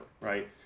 right